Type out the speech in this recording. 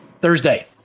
Thursday